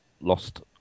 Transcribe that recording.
lost